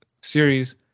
series